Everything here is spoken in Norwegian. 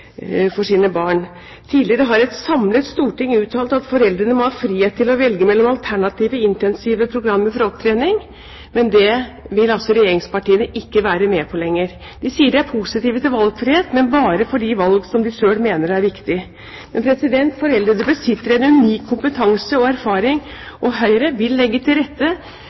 for sine barn. Tidligere har et samlet storting uttalt at foreldrene må ha frihet til å velge mellom alternative intensive programmer for opptrening, men dette vil altså regjeringspartiene ikke være med på lenger. De sier de er positive til valgfrihet, men bare for de valg de selv mener er riktige. Foreldrene besitter en unik kompetanse og erfaring, og Høyre vil legge til rette